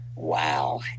Wow